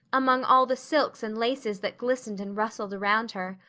among all the silks and laces that glistened and rustled around her.